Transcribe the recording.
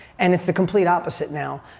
and it's the complete opposite now.